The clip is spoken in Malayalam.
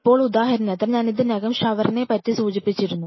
ഇപ്പോൾ ഉദാഹരണത്തിന് ഞാൻ ഇതിനകം ഷവറിനെ പറ്റി സൂചിപ്പിച്ചിരുന്നു